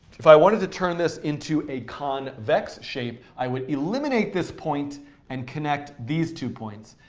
if i wanted to turn this into a convex shape, i would eliminate this point and connect these two points.